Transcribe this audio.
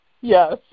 yes